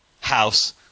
house